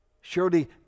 Surely